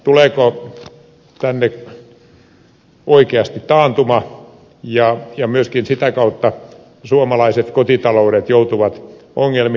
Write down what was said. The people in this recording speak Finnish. tuleeko tänne oikeasti taantuma ja joutuvatko sitä kautta myöskin suomalaiset kotitaloudet ongelmiin